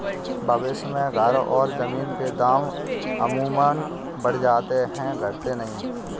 भविष्य में घर और जमीन के दाम अमूमन बढ़ जाते हैं घटते नहीं